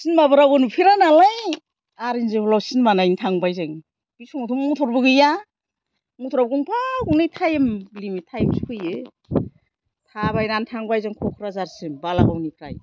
सिनिमाबो रावबो नुफेरा नालाय आर एन्ड बि हल आव सिनेमा नायनो थांबाय जों बे समावथ' मथरबो गैया मथराबो गंफा गंनै थाइम लिमिट थाइमसो फैयो थाबायनानै थांबाय जों क'क्राझारसिम बालागावनिफ्राय